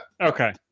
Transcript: okay